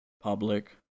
public